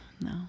No